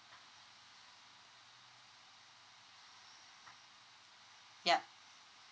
yup